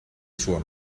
suo